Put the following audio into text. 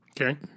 Okay